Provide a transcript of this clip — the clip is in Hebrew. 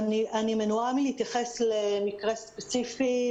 אני מנועה מלהתייחס למקרה ספציפי.